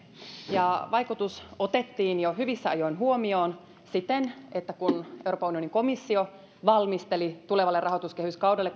vaikutus otettiin jo hyvissä ajoin huomioon siten että kun euroopan unionin komissio valmisteli tulevalle rahoituskehyskaudelle